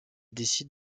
décide